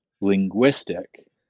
linguistic